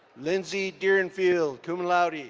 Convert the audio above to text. lindsay deerenfield, cum laude.